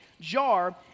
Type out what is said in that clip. jar